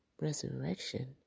resurrection